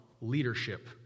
leadership